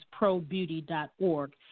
probeauty.org